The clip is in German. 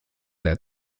der